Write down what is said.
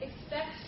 expect